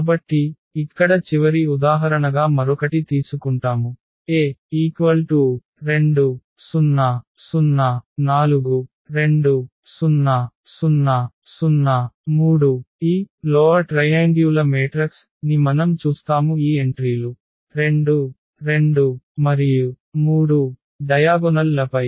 కాబట్టి ఇక్కడ చివరి ఉదాహరణగా మరొకటి తీసుకుంటాము A 2 0 0 4 2 0 0 0 3 ఈ తక్కువ త్రిభుజాకార మాత్రిక ని మనం చూస్తాము ఈ ఎంట్రీలు 2 2 3 డయాగొనల్ లపై